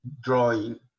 drawing